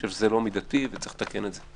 אני חושב שזה לא מידתי וצריך לתקן את זה.